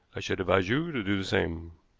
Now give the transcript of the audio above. i should advise you to do the same.